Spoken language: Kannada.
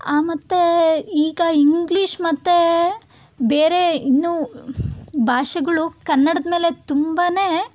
ಆ ಮತ್ತು ಈಗ ಇಂಗ್ಲಿಷ್ ಮತ್ತು ಬೇರೆ ಇನ್ನೂ ಭಾಷೆಗಳು ಕನ್ನಡದ ಮೇಲೆ ತುಂಬಾ